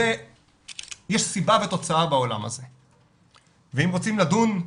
יש סיבה ותוצאה בעולם הזה, ואם רוצים לדון,